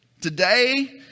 Today